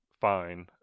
fine